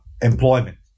employment